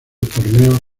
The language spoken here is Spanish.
torneos